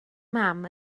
mam